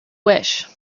wish